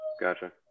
Gotcha